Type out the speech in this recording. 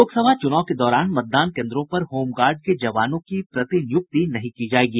लोकसभा चुनाव के दौरान मतदान केन्द्रों पर होमगार्ड के जवानों की प्रतिनियुक्ति नहीं की जायेगी